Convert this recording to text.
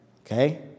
Okay